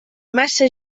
massa